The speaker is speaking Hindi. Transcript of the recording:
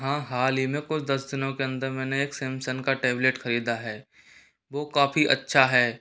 हाँ हाल ही में कुछ दस दिनों के अंदर मैंने एक सैमसन का टैबलेट ख़रीदा है वह काफ़ी अच्छा है